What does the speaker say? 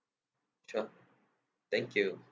sure thank you